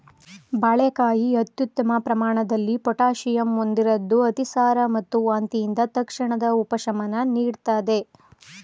ಬಾಳೆಕಾಯಿ ಅತ್ಯುತ್ತಮ ಪ್ರಮಾಣದಲ್ಲಿ ಪೊಟ್ಯಾಷಿಯಂ ಹೊಂದಿರದ್ದು ಅತಿಸಾರ ಮತ್ತು ವಾಂತಿಯಿಂದ ತಕ್ಷಣದ ಉಪಶಮನ ನೀಡ್ತದೆ